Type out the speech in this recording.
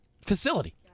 facility